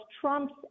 Trump's